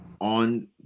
on